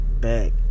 back